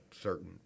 certain